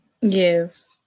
Yes